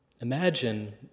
Imagine